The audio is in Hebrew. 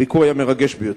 הביקור היה מרגש ביותר,